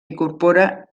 incorpora